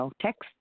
text